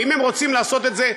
ואם הם רוצים לעשות את זה,